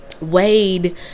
wade